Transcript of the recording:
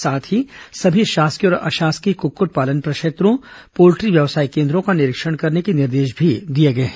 साथ ही सभी शासकीय और अशासकीय कुक्कुट पालन प्रक्षेत्रों और पोल्ट्री व्यवसाय केन्द्रों का निरीक्षण करने के निर्देश भी दिए गए हैं